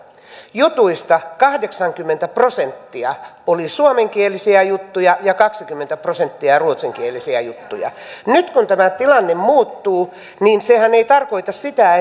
jutuista kahdeksankymmentä prosenttia oli suomenkielisiä juttuja ja kaksikymmentä prosenttia ruotsinkielisiä juttuja nyt kun tämä tilanne muuttuu niin sehän ei tarkoita sitä